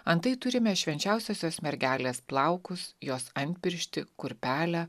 antai turime švenčiausiosios mergelės plaukus jos antpirštį kurpelę